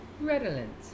Redolent